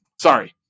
sorry